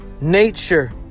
nature